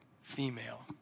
female